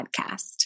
podcast